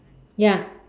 ya